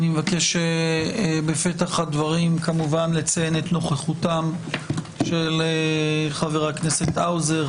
אני מבקש בפתח הדברים כמובן לציין את נוכחותם של חבר הכנסת האוזר,